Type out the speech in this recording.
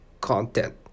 content